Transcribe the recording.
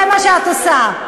זה מה שאת עושה.